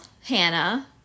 hannah